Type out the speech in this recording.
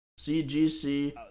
CGC